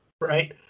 right